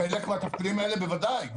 חלק מהתפקידים האלה, בוודאי.